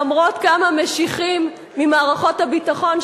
למרות כמה משיחים ממערכות הביטחון,